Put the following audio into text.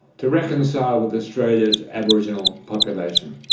to reconcile with australia's aboriginal population.